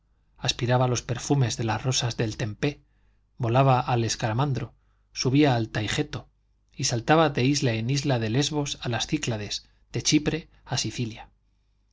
aspiraba los perfumes de las rosas del tempé volaba al escamandro subía al taigeto y saltaba de isla en isla de lesbos a las cíclades de chipre a sicilia